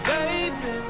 Baby